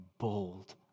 bold